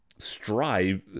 strive